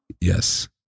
Yes